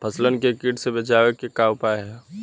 फसलन के कीट से बचावे क का उपाय है?